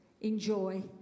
enjoy